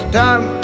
time